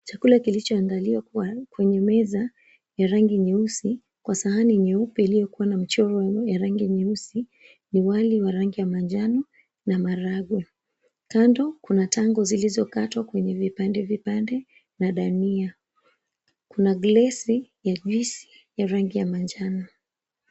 Chakula kilichoandaliwa kwenye meza ya rangi nyeusi kwa sahani nyeupe iliyokuwa na mchoro ya rangi nyeusi ni wali wa rangi ya majano na maragwe. Kando kuna tango zilizokatwa kwenye vipande vipande na dania. Kuna glasi ya juisi ya rangi ya majano.